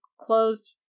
closed